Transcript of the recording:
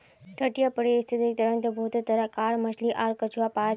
तटीय परिस्थितिक तंत्रत बहुत तरह कार मछली आर कछुआ पाल जाछेक